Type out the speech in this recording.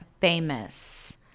famous